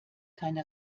keine